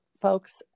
folks